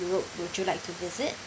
europe would you like to visit